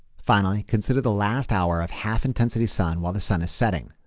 finally, consider the last hour of half intensity sun while the sun is setting.